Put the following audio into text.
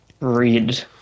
read